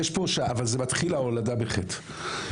אבל זה מתחיל, ההולדה, בחטא.